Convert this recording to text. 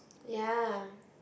ya